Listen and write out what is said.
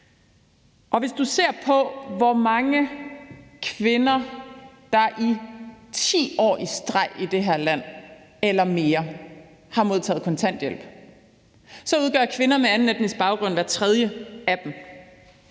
Hvis man ser på, hvor mange kvinder der i 10 år i streg eller mere i det her land har modtaget kontanthjælp, udgør kvinder med anden etnisk baggrund hver tredje af dem.